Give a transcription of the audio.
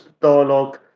dialogue